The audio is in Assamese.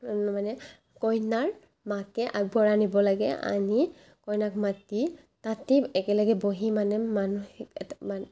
মানে কইনাৰ মাকে আগবঢ়াই নিব লাগে আনি কইনাক মাতি তাতে একেলগে বহি মানে মানুহে এটা মান